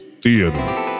Theater